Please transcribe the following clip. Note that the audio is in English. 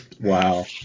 Wow